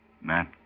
matt